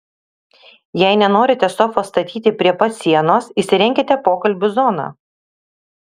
jei nenorite sofos statyti prie pat sienos įsirenkite pokalbių zoną